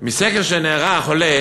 מסקר שנערך עולה